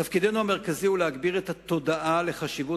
תפקידנו המרכזי הוא להגביר את התודעה לחשיבות